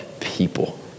people